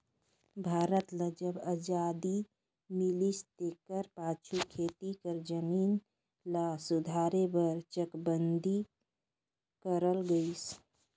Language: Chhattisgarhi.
भारत ल जब अजादी मिलिस तेकर पाछू खेती कर जमीन ल सुधारे बर चकबंदी करल गइस